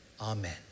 Amen